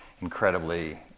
incredibly